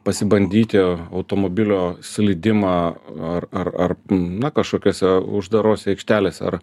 pasibandyti automobilio slydimą ar ar ar na kažkokiose uždarose aikštelėse ar